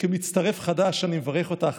וכמצטרף חדש אני מברך אותך,